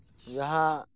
ᱡᱟᱦᱟᱸ